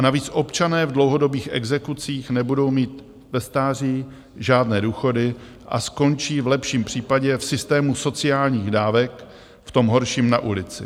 Navíc občané v dlouhodobých exekucích nebudou mít ve stáří žádné důchody a skončí v lepším případě v systému sociálních dávek, v tom horším na ulici.